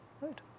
right